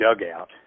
dugout